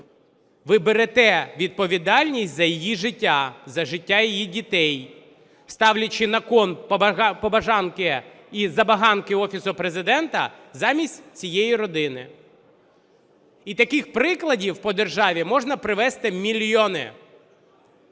Ви берете відповідальність за її життя, за життя її дітей, ставлячи на кон побажанки і забаганки Офісу Президента замість цієї родини. І таких прикладів по державі можна привести мільйони.